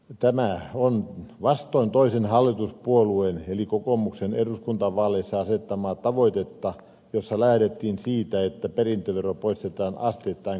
tämä on vastoin toisen hallituspuolueen eli kokoomuksen eduskuntavaaleissa asettamaa tavoitetta jossa lähdettiin siitä että perintövero poistetaan asteittain kokonaan